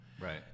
Right